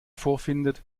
vorfindet